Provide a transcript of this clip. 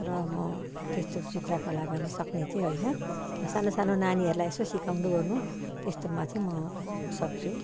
र म त्यस्तो चित्रकला गर्न सक्ने चाहिँ होइन सानो सानो नानीहरूलाई यसो सिकाउनुओर्नु त्यस्तोमा चाहिँ म सक्छु